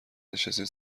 نشستین